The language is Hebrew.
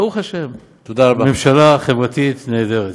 ברוך השם, ממשלה חברתית נהדרת.